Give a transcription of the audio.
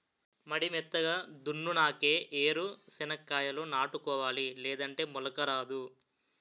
మడి మెత్తగా దున్నునాకే ఏరు సెనక్కాయాలు నాటుకోవాలి లేదంటే మొలక రాదు